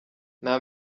nta